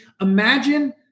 imagine